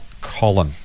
Colin